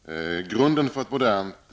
Herr talman! Grunden för ett modernt